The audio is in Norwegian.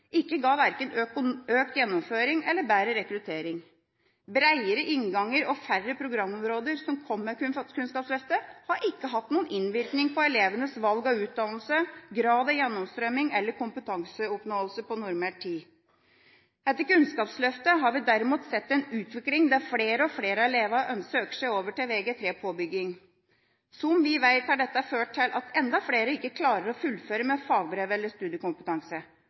verken ga økt gjennomføring eller bedre rekruttering. Bredere innganger og færre programområder som kom med Kunnskapsløftet, har ikke hatt noen innvirkning på elevenes valg av utdannelse, grad av gjennomstrømning eller kompetanseoppnåelse på normert tid. Etter Kunnskapsløftet har vi derimot sett en utvikling der flere og flere av elevene søker seg over i Vg3 påbygging. Som vi vet, har dette ført til at enda flere ikke klarer å fullføre med fagbrev eller studiekompetanse.